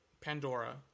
Pandora